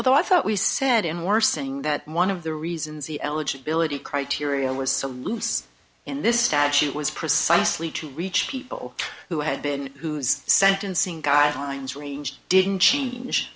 although i thought we said in worsening that one of the reasons the eligibility criteria was so loose in this statute was precisely to reach people who had been whose sentencing guidelines range didn't change